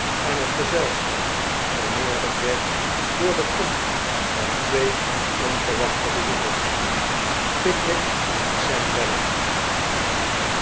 en het gezelschap vermeerderd werd door de komst van twee onverwachte bezoekers pickwick en sam weller